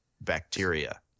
bacteria